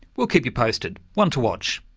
we'll keep you posted one to watch.